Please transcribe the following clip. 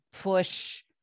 push